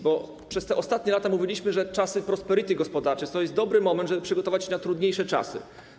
Bo przez te ostatnie lata mówiliśmy, że czasy prosperity gospodarczej to jest dobry moment, żeby przygotować się na trudniejsze czasy.